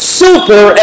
super